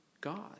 God